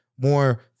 more